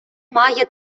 має